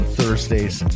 Thursdays